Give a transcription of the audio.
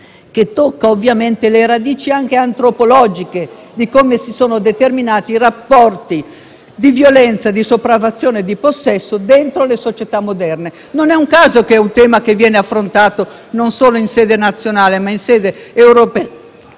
e tocca le radici anche antropologiche di come si sono determinati i rapporti di violenza, la sopraffazione e il possesso dentro le società moderne. Non è un caso che il tema viene affrontato in sede non solo nazionale, ma anche europea